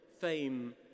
fame